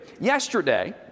Yesterday